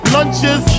Lunches